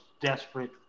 desperate